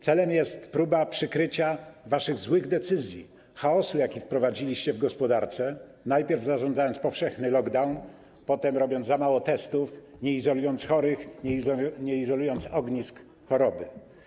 Celem jest próba przykrycia waszych złych decyzji, chaosu, jaki wprowadziliście w gospodarce, najpierw zarządzając powszechny lockdown, potem robiąc za mało testów, nie izolując chorych, nie izolując ognisk choroby.